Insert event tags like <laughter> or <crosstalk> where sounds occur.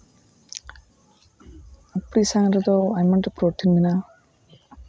<unintelligible> ᱨᱮᱫᱚ ᱟᱭᱢᱟ ᱰᱷᱮᱨ ᱯᱨᱳᱴᱤᱱ ᱢᱮᱱᱟᱜᱼᱟ